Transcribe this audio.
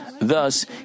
Thus